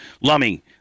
Lummy